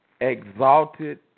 exalted